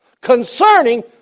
concerning